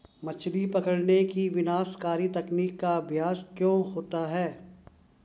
मछली पकड़ने की विनाशकारी तकनीक का अभ्यास क्यों होता है?